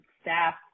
staff